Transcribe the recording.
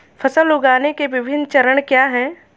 फसल उगाने के विभिन्न चरण क्या हैं?